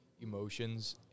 emotions